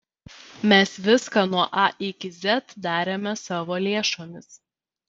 mes viską nuo a iki z darėme savo lėšomis